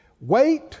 Wait